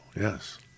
yes